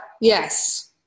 Yes